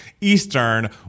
Eastern